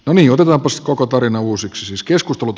aniharva uskoko tarina uusi tiedostettu